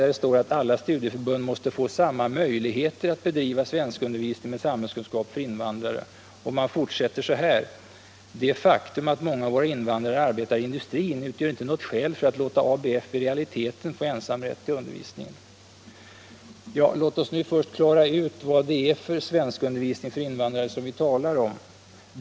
Där står: ”Alla studieförbund måste enligt utskottets mening få samma möjligheter att bedriva svenskundervisning med samhällskunskap för invandrare. Det faktum att många av våra invandrare arbetar i industrin utgör inte något skäl för att låta Arbetarnas bildningsförbund i realiteten få ensamrätt till undervisningen.” Låt oss nu klara ut vad det är för svenskundervisning för invandrare som vi talar om.